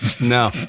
no